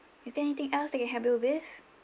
is there anything else that I can help you with